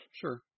sure